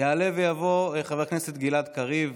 יעלה ויבוא חבר הכנסת גלעד קריב.